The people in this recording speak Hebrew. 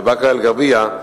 בבאקה-אל-ע'רביה,